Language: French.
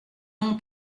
nom